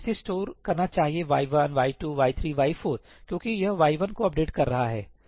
इसे स्टोर करना चाहिए y 1 y 2 y 3 y 4 क्योंकि यह y 1 को अपडेट कर रहा है